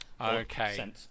Okay